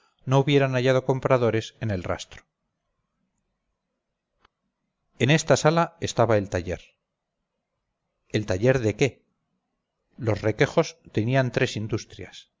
no hubieran hallado compradores en el rastro en esta sala estaba el taller el taller de qué los requejos tenían tres industrias